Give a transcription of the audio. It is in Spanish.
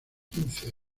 quince